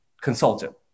consultant